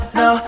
no